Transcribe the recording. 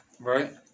Right